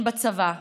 הן בצבא,